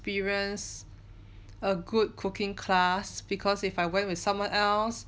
experience a good cooking class because if I went with someone else